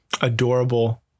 Adorable